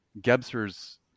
Gebser's